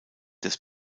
des